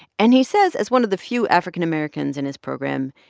and he says as one of the few african-americans in his program,